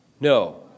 No